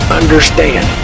understand